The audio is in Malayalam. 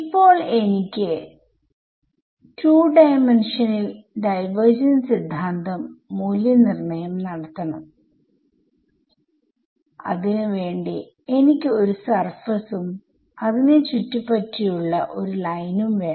ഇപ്പോൾ എനിക്ക് 2D യിൽ ഡൈവർജൻസ് സിദ്ധാന്തം മൂല്യനിർണ്ണയം നടത്തണംഅതിന് വേണ്ടി എനിക്ക് ഒരു സർഫസും അതിനെ ചുറ്റിപറ്റിയുള്ള ഒരു ലൈനും വേണം